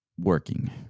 Working